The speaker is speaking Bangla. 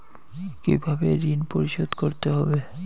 কিভাবে ঋণ পরিশোধ করতে হবে?